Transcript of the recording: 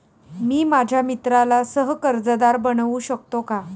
मी माझ्या मित्राला सह कर्जदार बनवू शकतो का?